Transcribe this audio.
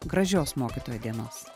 gražios mokytojo dienos